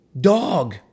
dog